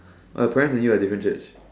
Bryan and you are different Church